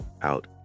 out